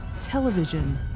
television